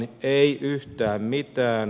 ei yhtään mitään